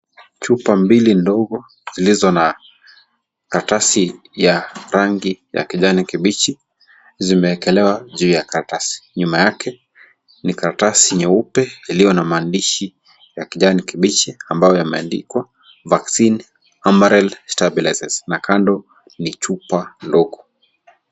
Chupa mbili ndogo zilizo na karatasi ya rangi ya kijani kibichi zimeekelewa juu ya karatasi. Nyuma yake ni karatasi nyeupe iliyo na mandishi ya kijani kibichi, ambayo yameandikwa, vaccine amaril stabilise, na kando ni chupa ndogo.